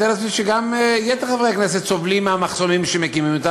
אני מתאר לעצמי שגם יתר חברי הכנסת סובלים מהמחסומים שמקימים.